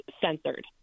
censored